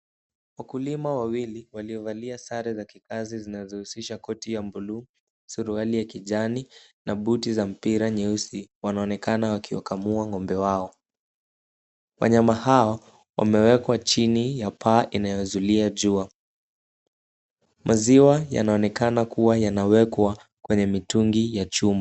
Wakulima wawili waliovalia sare za kikazi zinazohusisha koti ya buluu , suruali ya kijani na buti za mpira nyeusi, wanaonekana wakiwakamua ng'ombe wao. Wanyama hao wamewekwa chini ya paa inayozuia jua. Maziwa yanaonekana kuwa yanawekwa kwenye mitungi ya chuma.